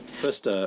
First